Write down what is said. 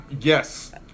Yes